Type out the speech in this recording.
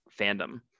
fandom